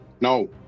no